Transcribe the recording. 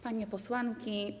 Panie Posłanki!